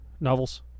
novels